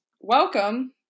welcome